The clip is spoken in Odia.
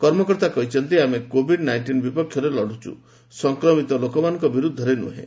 କର୍ମକର୍ତ୍ତା କହିଛନ୍ତି ଆମେ କୋଭିଡ୍ ନାଇଷ୍ଟିନ୍ ବିପକ୍ଷରେ ଲଢୁଛୁ ସଂକ୍ରମିତ ଲୋକମାନଙ୍କ ବିରୋଧରେ ନୃହେଁ